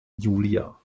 julia